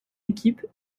équipe